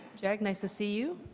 yeah nice to see you.